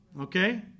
okay